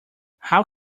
how